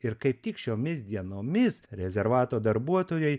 ir kaip tik šiomis dienomis rezervato darbuotojai